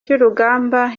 cy’urugamba